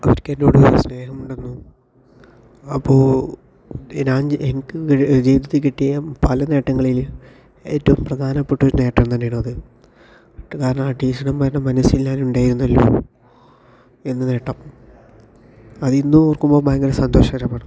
അവർക്ക് എന്നോട് സ്നേഹം ഉണ്ടെന്നും അപ്പോൾ എനിക്ക് ജീവിതത്തിൽ കിട്ടിയ പല നേട്ടങ്ങളിൽ ഏറ്റവും പ്രധാനപ്പെട്ട ഒരു നേട്ടം തന്നെയാണ് അത് കാരണം ആ ടീച്ചർമാരുടെ മനസ്സിൽ ഞാൻ ഉണ്ടായിരുന്നല്ലോ എന്ന നേട്ടം അതിന്നും ഓർക്കുമ്പോൾ ഭയങ്കര സന്തോഷകരമാണ്